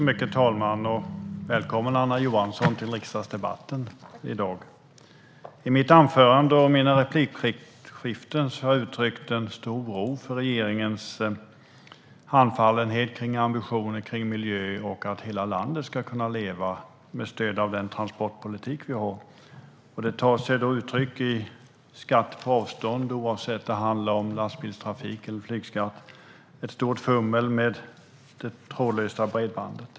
Herr talman! Välkommen till dagens riksdagsdebatt, Anna Johansson! I mitt huvudanförande och i mina replikskiften har jag uttryckt en stor oro för regeringens handfallenhet vad gäller ambitionen om miljön och att hela landet ska kunna leva med stöd av den transportpolitik som vi har. Detta tar sig uttryck i skatt på avstånd, oavsett om det handlar om lastbilstrafik eller flyg, och ett stort fummel med det trådlösa bredbandet.